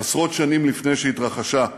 עשרות שנים לפני שהיא התרחשה.